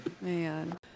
man